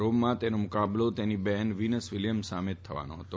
રોમમાં તેનો મુકાબલો તેની બહેન વીનસ વીલીયમ્સ સામે થવાનો હતો